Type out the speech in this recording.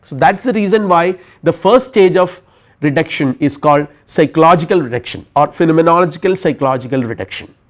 that is the reason why the first stage of reduction is called psychological reduction or phenomenological psychological reduction